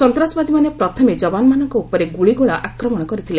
ସନ୍ତାସବାଦୀମାନେ ପ୍ରଥମେ ଯବାନମାନଙ୍କ ଉପରେ ଗୁଳିଗୋଳା ଆକ୍ରମଣ କରିଥିଲେ